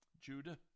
Judah